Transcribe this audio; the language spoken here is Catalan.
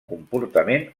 comportament